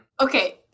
Okay